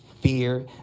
fear